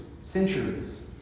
centuries